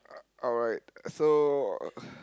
uh alright so